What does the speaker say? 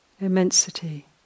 Immensity